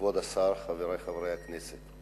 כבוד השר, חברי חברי הכנסת,